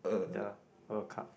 the World Cup